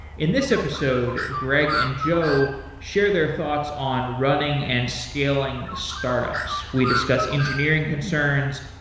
in this episode, greg and joe share their thoughts on running and scaling startups. we discussed engineering concerns,